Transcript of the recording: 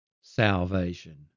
salvation